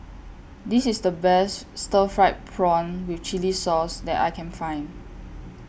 This IS The Best Stir Fried Prawn with Chili Sauce that I Can Find